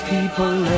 People